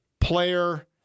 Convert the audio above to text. player